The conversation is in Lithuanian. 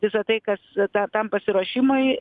visa tai kas ta tam pasiruošimui